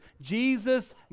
Jesus